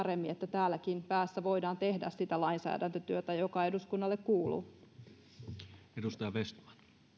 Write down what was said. täälläkin päässä voidaan tehdä sitä lainsäädäntötyötä joka eduskunnalle kuuluu